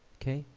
okay,